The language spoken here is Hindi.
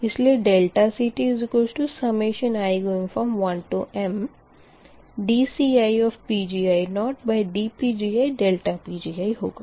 इसलिए CTi1mdCiPgi0dPgiPgi होगा